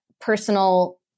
personal